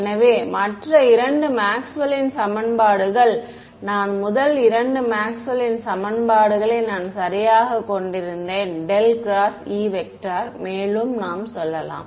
எனவே மற்ற இரண்டு மேக்ஸ்வெல்லின் சமன்பாடுகள் நான் முதல் இரண்டு மேக்ஸ்வெல்லின் சமன்பாடுகளை நான் சரியாகக் கொண்டிருந்தேன் ∇xE மேலும் நாம் சொல்லலாம்